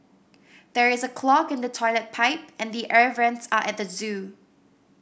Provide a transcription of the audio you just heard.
there is a clog in the toilet pipe and the air vents are at the zoo